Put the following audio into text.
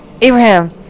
Abraham